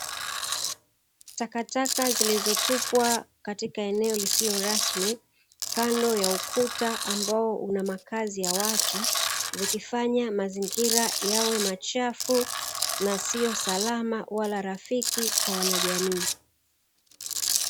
Takataka zilizotupwa katika eneo lisilo rasmi, kando ya ukuta ambao una makazi ya watu, zikifanya mazingira yawe machafu, na sio salama wala rafiki kwa wanajamii.